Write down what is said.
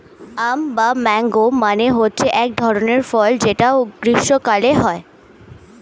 আম বা ম্যাংগো মানে হচ্ছে এক ধরনের ফল যেটা গ্রীস্মকালে হয়